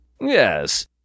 Yes